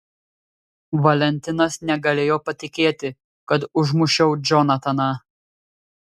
valentinas negalėjo patikėti kad užmušiau džonataną